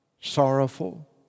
sorrowful